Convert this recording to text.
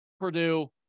Purdue